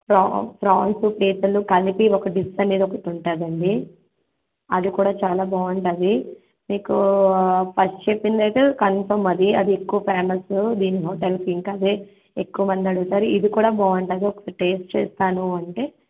France prawns పీతలు కలిపి ఒక డిష్ అనేది ఒకటి ఉంటుంది అండి అది కూడా చాలా బాగుంటుంది మీకు ఫస్ట్ చెప్పింది అయితే కన్ఫమ్ అది అది ఎక్కువ ఫేమసు దీంతో కలిపి ఇంకా అదే ఎక్కువ మంది అడుగుతారు ఇది కూడా బాగుంటుంది ఒకసారి టేస్ట్ చేస్తాను అంటే